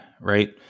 right